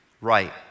right